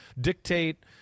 dictate